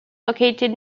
located